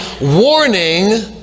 warning